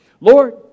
Lord